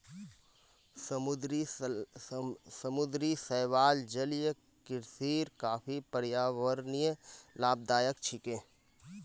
समुद्री शैवाल जलीय कृषिर काफी पर्यावरणीय लाभदायक छिके